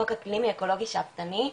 חוק אקלימי אקולוגי שאפתני,